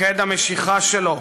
מוקד המשיכה שלו,